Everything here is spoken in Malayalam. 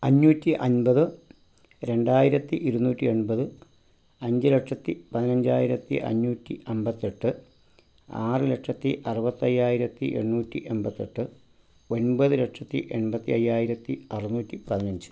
അഞ്ഞൂറ്റി അൻപത് രണ്ടായിരത്തി ഇരുനൂറ്റി ഒൻപത് അഞ്ച് ലക്ഷത്തി പതിനഞ്ചായിരത്തി അഞ്ഞൂറ്റി അമ്പത്തെട്ട് ആറ് ലക്ഷത്തി അറുപത്തയ്യായിരത്തി എണ്ണൂറ്റി എൺപത്തെട്ട് ഒൻപത് ലക്ഷത്തി എൺപത്തി അയ്യായിരത്തി അറുനൂറ്റി പതിനഞ്ച്